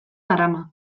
darama